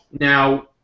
Now